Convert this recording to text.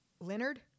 Leonard